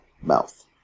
mouth